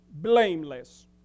blameless